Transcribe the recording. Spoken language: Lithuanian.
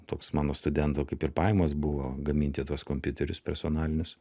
toks mano studento kaip ir pajamos buvo gaminti tuos kompiuterius personalinius